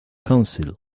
council